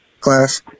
class